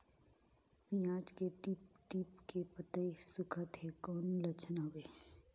पियाज के टीप टीप के पतई सुखात हे कौन लक्षण हवे?